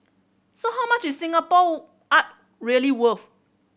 so how much is Singapore art really worth